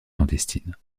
clandestine